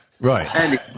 right